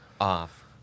Off